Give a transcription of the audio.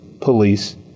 police